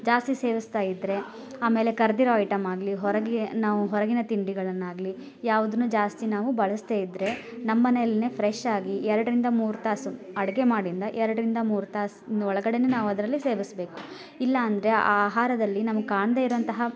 ಜಾಸ್ತಿ ಸೇವಿಸ್ತಾ ಇದ್ದರೆ ಆಮೇಲೆ ಕರ್ದಿರೋ ಐಟಮ್ಮಾಗಲಿ ಹೊರಗೆ ನಾವು ಹೊರಗಿನ ತಿಂಡಿಗಳನ್ನಾಗಲಿ ಯಾವುದೂನು ಜಾಸ್ತಿ ನಾವು ಬಳಸದೇ ಇದ್ದರೆ ನಮ್ಮನೆಯಲ್ಲಿನೇ ಫ್ರೆಶ್ಶಾಗಿ ಎರಡರಿಂದ ಮೂರು ತಾಸು ಅಡುಗೆ ಮಾಡಿಂದ ಎರಡರಿಂದ ಮೂರು ತಾಸು ನ ಒಳಗಡೆನೇ ನಾವು ಅದರಲ್ಲಿ ಸೇವಿಸಬೇಕು ಇಲ್ಲಾಂದರೆ ಆ ಆಹಾರದಲ್ಲಿ ನ ಗೆ ಕಾಣದೇ ಇರೋವಂತಹ